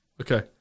okay